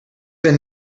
been